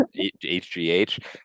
HGH